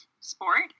sport